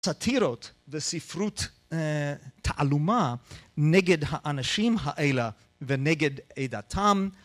סתירות וספרות תעלומה נגד האנשים האלה ונגד עדתם